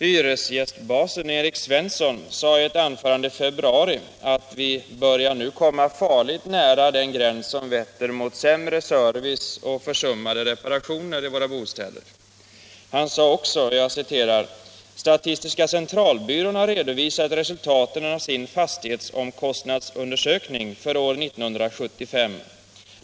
Hyresgästbasen Erik Svensson sade i ett anförande i februari att vi nu börjar komma farligt nära den gräns som vetter mot sämre service och försummade reparationer i våra bostäder. Han sade också: ”Statistiska centralbyrån har redovisat resultaten av sin fastighetsomkostnadsundersökning för år 1975.